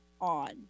on